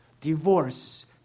divorce